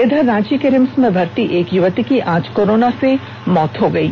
इधर रांची के रिम्स में भर्ती युवती की आज कोरोना से मौत हो गयी